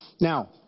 Now